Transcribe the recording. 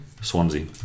Swansea